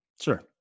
Sure